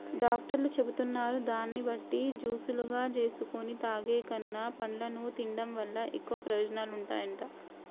డాక్టర్లు చెబుతున్న దాన్ని బట్టి జూసులుగా జేసుకొని తాగేకన్నా, పండ్లను తిన్డం వల్ల ఎక్కువ ప్రయోజనాలుంటాయంట